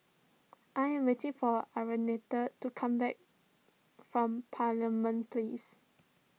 I am waiting for to come back from Parliament Place